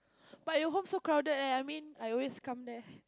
but your home so crowded eh I mean I always come there